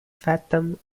fathom